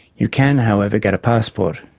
you can, however, get a passport,